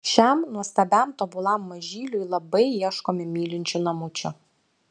šiam nuostabiam tobulam mažyliui labai ieškome mylinčių namučių